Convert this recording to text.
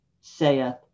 saith